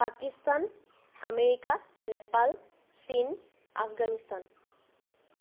Pakistan America Nepal চীন আফগানিস্তান